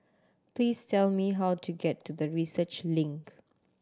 please tell me how to get to the Research Link